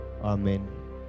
Amen